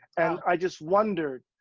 and i just wondered,